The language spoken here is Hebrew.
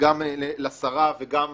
גם לשרה וגם